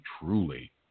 truly